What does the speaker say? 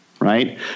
Right